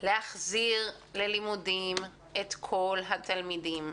להחזיר ללימודים את כל התלמידים.